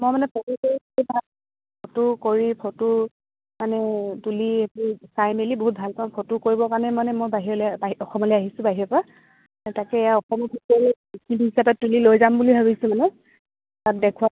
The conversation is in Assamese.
মই মানে ফটো কৰি ফটো কৰি ফটো মানে তুলি এইটো চাই মেলি বহুত ভাল পাওঁ ফটো কৰিবৰ কাৰণে মানে মই বাহিৰলৈ অসমলৈ আহিছোঁ বাহিৰৰ পৰা তাকে এয়া তুলি লৈ যাম বুলি ভাবিছোঁ মানে তাত দেখুৱাম